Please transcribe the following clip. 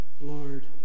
Lord